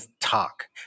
talk